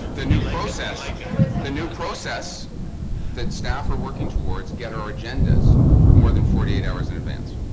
the new process like yeah the new process that staff are working towards get our agendas more than forty eight hours in advance